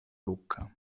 lucca